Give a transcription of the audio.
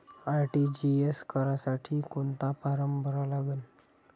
RTGS करासाठी कोंता form भरा लागन?